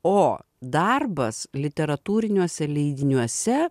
o darbas literatūriniuose leidiniuose